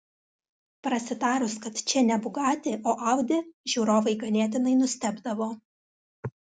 prasitarus kad čia ne bugatti o audi žiūrovai ganėtinai nustebdavo